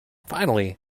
finally